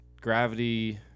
Gravity